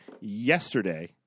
yesterday